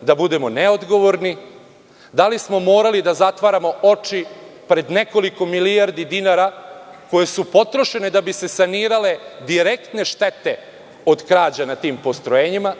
da budemo neodgovorni, da li smo morali da zatvaramo oči pred nekoliko milijardi dinara koje su potrošene da bi se sanirale direktne štete od krađa na tim postrojenjima?